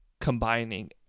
combining